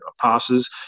passes